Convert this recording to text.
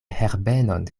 herbenon